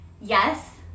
yes